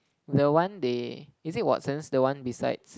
the one they is it Watsons the one besides